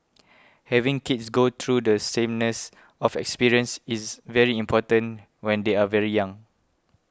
having kids go through the sameness of experience is very important when they are very young